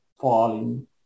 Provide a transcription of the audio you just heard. falling